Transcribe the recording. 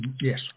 Yes